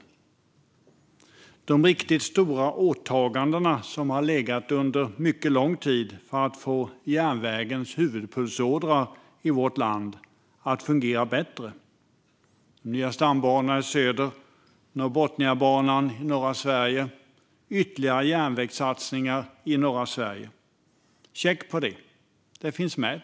Det handlade om de riktigt stora åtaganden som har legat under mycket lång tid för att få järnvägens huvudpulsådror i vårt land att fungera bättre, som nya stambanor i söder, Norrbotniabanan i norra Sverige och ytterligare järnvägssatsningar i norra Sverige. Check på det - det finns med!